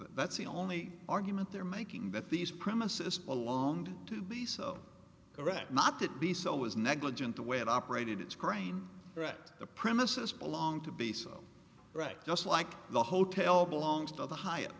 that's the only argument they're making that these premises belonged to be so correct not to be so it was negligent to wear operated it's grain that the premises belong to be so right just like the hotel belongs to the highe